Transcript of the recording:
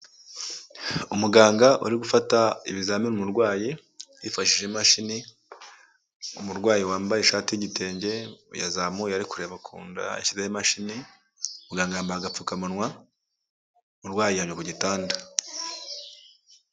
Umuganga uri gufata ibizamini umurwayi ,yifashishije imashini ,umurwayi wambaye ishati y'igitenge, yazamuye ari kureba ku nda ashyizeho imashini ,muganga yambaye agapfukamunwa, umurwayi aryamye ku gitanda.